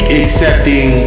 accepting